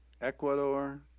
Ecuador